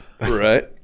Right